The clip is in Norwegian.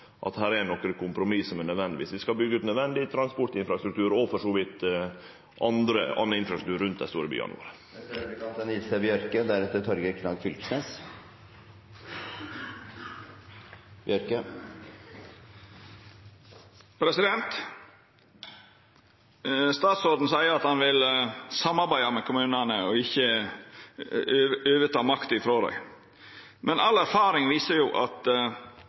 er nødvendig med nokre kompromiss viss ein skal byggje ut nødvendig transportinfrastruktur og for så vidt òg annan infrastruktur rundt dei store byane våre. Statsråden seier at han vil samarbeida med kommunane og ikkje overta makta frå dei. Men all erfaring viser at